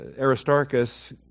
Aristarchus